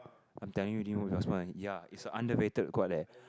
I'm telling you ya it's a underrated god leh